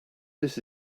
this